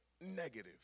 negative